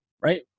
right